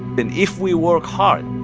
and if we work hard,